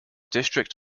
district